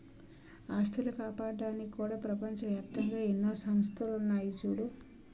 ఆస్తులు కాపాడ్డానికి కూడా ప్రపంచ ఏప్తంగా ఎన్నో సంస్థలున్నాయి చూడూ